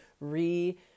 re-